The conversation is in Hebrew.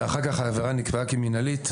ואחר כך העבירה נקבעה כמינהלית,